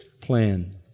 plan